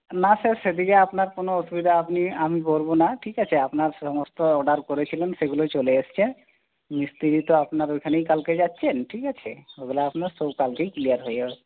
না স্যার সেদিকে আপনার কোনো অসুবিধা আপনি আমি করবো না ঠিক আছে আপনার সমস্ত অর্ডার করেছিলেন সেগুলো চলে এসেছে মিস্ত্রি তো আপনার ওইখানেই কালকে যাচ্ছেন ঠিক আছে ওইগুলো আপনার সব কালকেই ক্লিয়ার হয়ে যাবে